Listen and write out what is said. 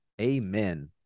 Amen